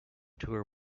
tour